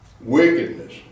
Wickedness